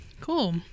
Cool